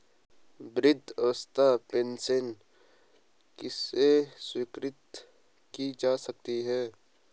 वृद्धावस्था पेंशन किसे स्वीकृत की जा सकती है?